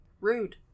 Rude